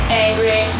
angry